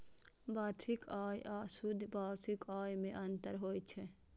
वार्षिक आय आ शुद्ध वार्षिक आय मे अंतर होइ छै